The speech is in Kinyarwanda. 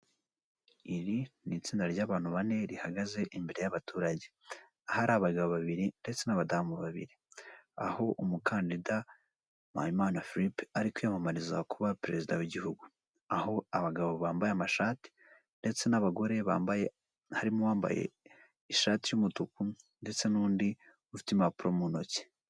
Ni iduka rigurisha ibikoresho by'abadamu n'amasakoshi inkweto ndetse n'ibindi. Bikaba bigaragara ko bipanze ku buryo bigiye bikurikirana kandi busumbana.